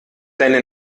deine